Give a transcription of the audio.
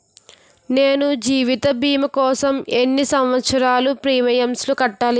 నేను జీవిత భీమా కోసం ఎన్ని సంవత్సారాలు ప్రీమియంలు కట్టాలి?